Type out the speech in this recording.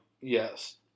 Yes